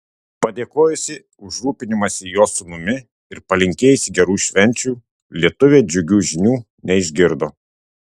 padėkojusi už rūpinimąsi jos sūnumi ir palinkėjusi gerų švenčių lietuvė džiugių žinių neišgirdo